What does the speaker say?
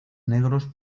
negros